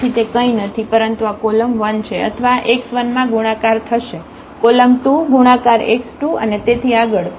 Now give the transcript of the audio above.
તેથી તે કંઇ નથી પરંતુ આ કોલમ 1 છે અથવા આ x1 માં ગુણાકાર થશે કોલમ 2 ગુણાકાર x2 અને તેથી આગળ